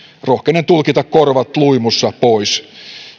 rohkenen tulkita korvat luimussa pois